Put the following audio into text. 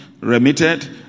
remitted